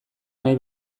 nahi